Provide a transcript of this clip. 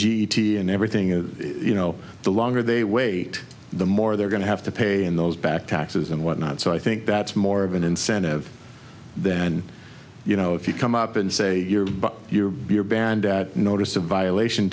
g t and everything is you know the longer they wait the more they're going to have to pay in those back taxes and whatnot so i think that's more of an incentive then you know if you come up and say your but your band at notice of violation